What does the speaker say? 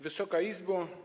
Wysoka Izbo!